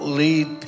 lead